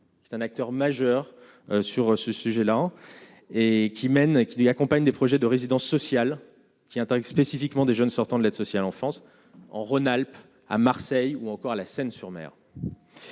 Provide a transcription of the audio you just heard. c'est un acteur majeur sur ce sujet-là et qui mène, qui, lui, accompagne des projets de résidence sociale qui spécifiquement des jeunes sortant de l'aide sociale en France, en Rhône-Alpes, à Marseille ou encore à La Seyne-sur-Mer.